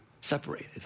separated